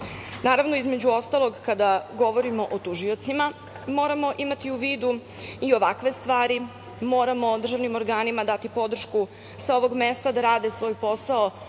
brata. Naravno, između ostalog, kada govorimo o tužiocima moramo imati u vidu i ovakve stvari, moramo državnim organima dati podršku sa ovog mesta da rade svoj posao